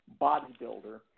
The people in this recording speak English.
bodybuilder